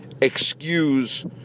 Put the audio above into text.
excuse